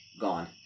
Gone